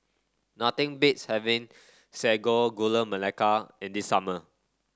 nothing beats having Sago Gula Melaka in the summer